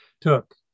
took